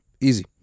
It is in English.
Easy